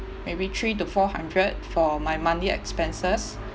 maybe three to four hundred for my monthly expenses